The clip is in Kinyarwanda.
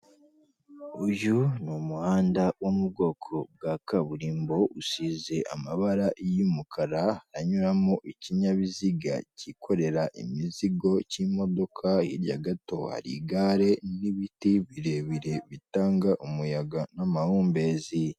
Uyu ni umuhanda wo mu bwoko bwa kaburimbo usize amabara y'umukara anyuramo ikinyabiziga cyikorera imizigo cy'imodoka. Hirya gato hari igare n'ibiti birebire bitanga umuyaga n'amahumbezi.